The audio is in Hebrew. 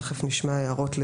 תכף נשמע הערות,